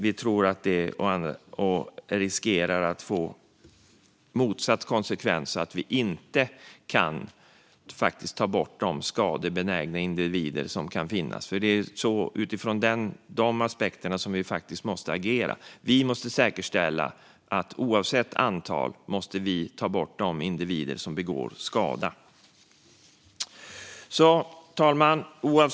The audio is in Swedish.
Vi tror att det riskerar att få motsatt effekt och att vi inte kan ta bort de skadebenägna individer som kan finnas. Det är utifrån de aspekterna vi måste agera. Vi måste säkerställa att vi, oavsett antal, kan ta bort de individer som begår skada. Fru talman!